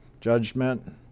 judgment